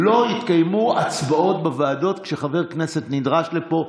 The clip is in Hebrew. לא יתקיימו הצבעות בוועדות כשחבר כנסת נדרש לפה.